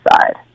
side